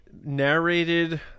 narrated